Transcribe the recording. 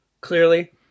clearly